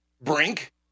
Brink